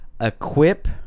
equip